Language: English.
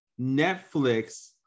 Netflix